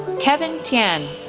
kevin tian,